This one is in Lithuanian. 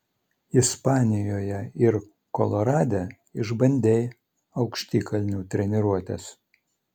ispanijoje ir kolorade išbandei aukštikalnių treniruotes